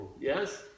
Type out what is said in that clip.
yes